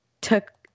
took